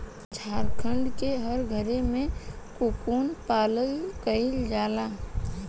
झारखण्ड के हर घरे में कोकून पालन कईला जाला